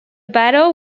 battle